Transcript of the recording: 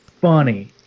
funny